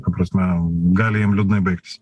ta prasme gali jam liūdnai baigtis